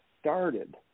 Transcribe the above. started